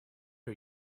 are